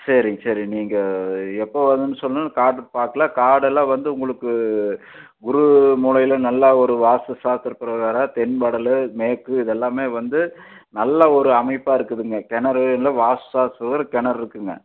சரிங்க சரிங்க நீங்கள் எப்போ வரேன்னு சொன்னால் காட்டை பார்க்கலாம் காடெல்லாம் வந்து உங்களுக்கு குரு மூலையில் நல்லா ஒரு வாஸ்து சாஸ்திரம் பிரகாரம் தென் வடல் மேற்கு இது எல்லாமே வந்து நல்லா ஒரு அமைப்பாக இருக்குதுங்க கிணறுலாம் வாஸ்து சாஸ்திரம் பிரகாரம் கிணறு இருக்குதுங்க